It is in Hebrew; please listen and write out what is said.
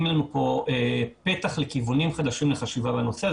לנו כאן פתח לכיוונים חדשים לחשיבה בנושא,